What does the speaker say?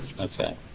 Okay